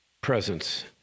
presence